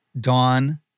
Dawn